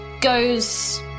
goes